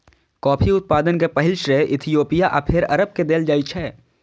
coffee उत्पादन के पहिल श्रेय इथियोपिया आ फेर अरब के देल जाइ छै